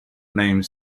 name